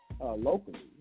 Locally